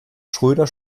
schröder